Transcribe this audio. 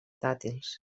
dàtils